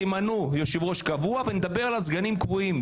תמנו יושב-ראש קבוע ונדבר על סגנים קבועים.